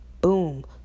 boom